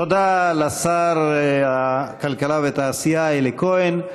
תודה לשר הכלכלה והתעשייה אלי כהן.